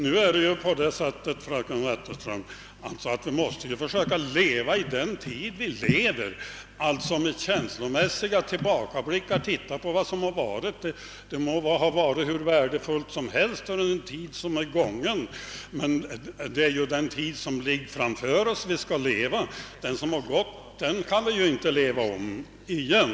Nu är det så, fröken Wetterström, att vi måste försöka leva i vår egen tid och inte bara göra känslomässiga tillbaka blickar. Den tid som är gången må ha varit hur värdefull som helst, men det är den tid som ligger framför oss som vi skall planera för. Den tid som har gått kan vi aldrig leva om igen.